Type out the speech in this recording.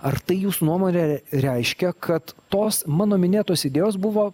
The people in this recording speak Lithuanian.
ar tai jūs nuomone reiškia kad tos mano minėtos idėjos buvo